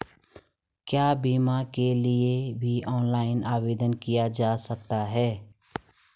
क्या बीमा के लिए भी ऑनलाइन आवेदन किया जा सकता है?